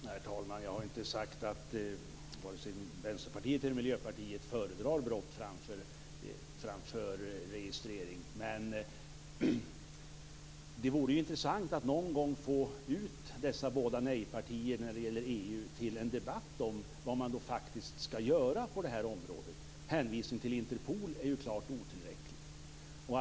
Herr talman! Jag har inte sagt att vare sig Vänsterpartiet eller Miljöpartiet föredrar brott framför registrering. Men det vore intressant att någon gång få med dessa bägge partier som sagt nej till EU i en debatt om vad man faktiskt skall göra på det här området. En hänvisning till Interpol är ju klart otillräcklig.